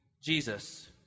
Jesus